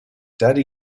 daddy